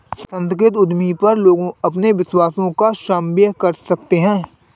सांस्कृतिक उद्यमी पर लोग अपने विश्वासों का समन्वय कर सकते है